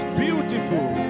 beautiful